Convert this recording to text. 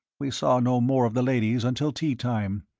we saw no more of the ladies until tea-time,